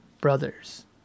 brothers